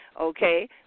okay